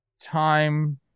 time